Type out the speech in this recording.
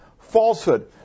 falsehood